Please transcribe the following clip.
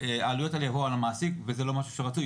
העלויות האלה יבואו על המעסיק, וזה לא משהו שרצוי.